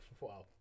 Wow